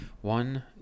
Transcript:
one